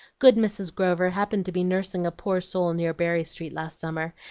good mrs. grover happened to be nursing a poor soul near berry street last summer,